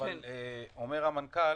אומר המנכ"ל,